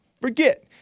forget